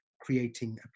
creating